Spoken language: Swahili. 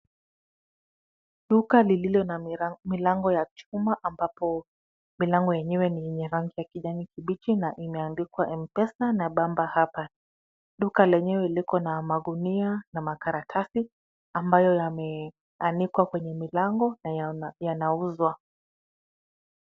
Duka lililo na milango ya chuma ambapo milango yenyewe ni ya rangi kijani kibichi na imeandikwa Mpesa na bamba hapa. Duka lenyewe liko na magunia na makaratasi ambayo yameanikwa kwenye milango na yanauzwa.